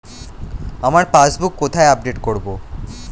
আমার পাসবুক কোথায় আপডেট করব?